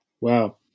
Wow